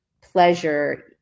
pleasure